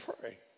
pray